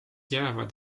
jäävad